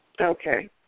Okay